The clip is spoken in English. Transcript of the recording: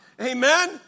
Amen